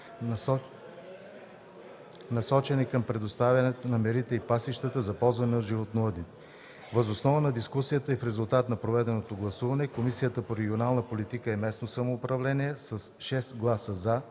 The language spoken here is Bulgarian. насочена към предоставяне на мерите и пасищата за ползване от животновъдите. Въз основа на дискусията и в резултат на проведеното гласуване Комисията по регионална политика и местно самоуправление: с 6 гласа –